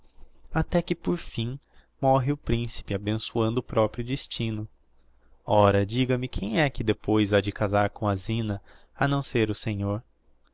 até que por fim morre o principe abençoando o proprio destino ora diga-me quem é que depois ha de casar com a zina a não ser o senhor